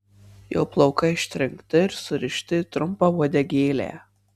jo plaukai ištrinkti ir surišti į trumpą uodegėlę